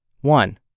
One